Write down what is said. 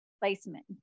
placement